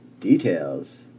Details